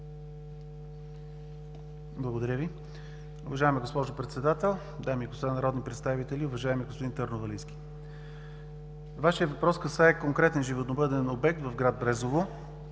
Благодаря Ви. Уважаема госпожо Председател, дами и господа народни представители! Уважаеми господин Търновалийски, Вашият въпрос касае конкретен животновъден обект в град Брезово.